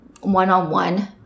one-on-one